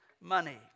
money